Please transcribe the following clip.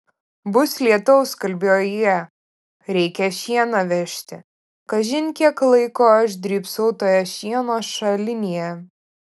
bus lietaus kalbėjo jie reikia šieną vežti kažin kiek laiko aš drybsau toje šieno šalinėje